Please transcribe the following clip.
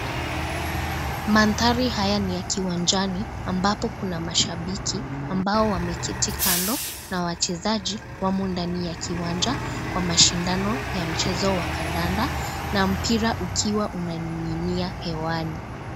Mandhari haya ni ya kiwanjani ambapo kuna mashabiki, ambao wameketi kando, na wachezaji wamo ndani ya kiwanja kwa mashindano ya mchezo wa kadanda, na mpira ukiwa unaning'inia hewani.